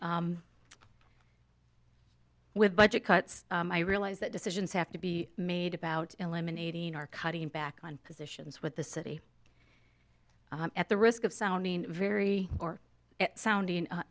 with budget cuts i realize that decisions have to be made about eliminating are cutting back on positions with the city at the risk of sounding very or soundin